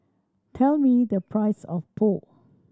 tell me the price of Pho